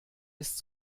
ist